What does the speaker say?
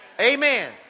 Amen